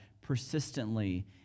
persistently